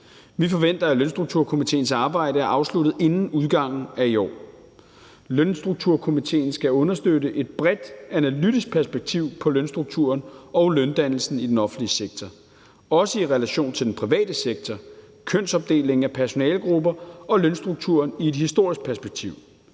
Vi forventer, at Lønstrukturkomitéens arbejde er afsluttet inden udgangen af i år. Lønstrukturkomitéen skal understøtte et bredt analytisk perspektiv på lønstrukturen og løndannelsen i den offentlige sektor, også i relation til den private sektor, kønsopdelingen af personalegrupper og lønstrukturen i et historisk perspektiv.